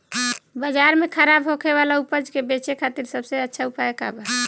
बाजार में खराब होखे वाला उपज के बेचे खातिर सबसे अच्छा उपाय का बा?